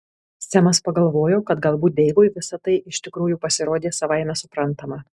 semas pagalvojo kad galbūt deivui visa tai iš tikrųjų pasirodė savaime suprantama